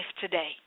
today